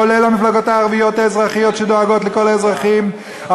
כולל המפלגות הערביות האזרחיות שדואגות לכל האזרחים,